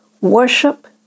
worship